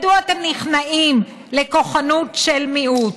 מדוע אתם נכנעים לכוחנות של מיעוט?